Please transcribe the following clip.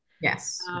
Yes